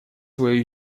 свои